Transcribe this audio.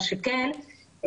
מה שכן,